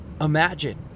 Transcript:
Imagine